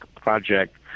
project